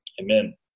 amen